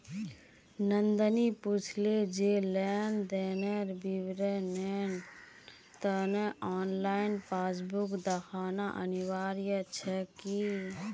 नंदनी पूछले जे लेन देनेर विवरनेर त न ऑनलाइन पासबुक दखना अनिवार्य छेक की